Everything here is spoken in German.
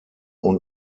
und